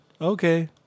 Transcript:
Okay